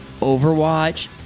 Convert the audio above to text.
overwatch